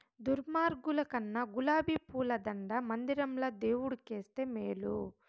దుర్మార్గుల కన్నా గులాబీ పూల దండ మందిరంల దేవుడు కేస్తే మేలు